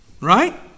Right